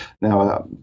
now